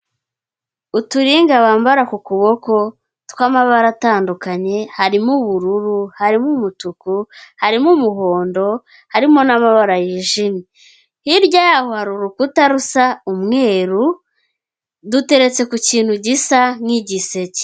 Uturinga bambara ku kuboko tw'amabara atandukanye harimo ubururu, harimo umutuku, harimo umuhondo, harimo n'amabara yijimye, hirya yaho hari urukuta rusa umweru duteretse ku kintu gisa nk'igiseke.